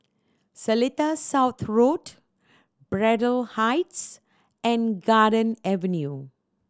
Seletar South Road Braddell Heights and Garden Avenue